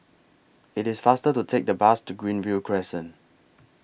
IT IS faster to Take The Bus to Greenview Crescent